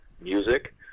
music